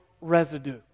residue